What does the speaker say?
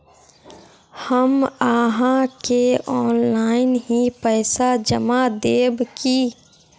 हम आहाँ के ऑनलाइन ही पैसा जमा देब की?